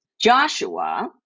Joshua